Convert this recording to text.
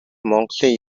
монголын